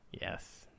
Yes